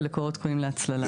ולקולות קוראים להצללה.